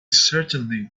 certainly